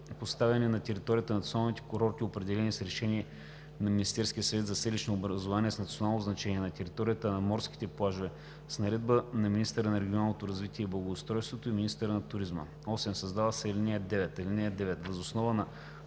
поставени на територията на националните курорти, определени с решение на Министерския съвет за селищни образувания с национално значение, и на територията на морските плажове – с наредба на министъра на регионалното развитие и благоустройството и министъра на туризма.“ 8. Създава се ал. 9: